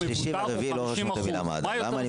ההחזר של נט"ן למבוטח הוא 50%. מה יותר